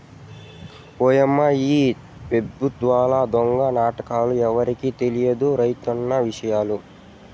ఓయమ్మా ఈ పెబుత్వాల దొంగ నాటకాలు ఎవరికి తెలియదు రైతన్న విషయంల